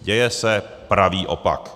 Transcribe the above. Děje se pravý opak.